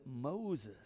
Moses